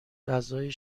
غذایی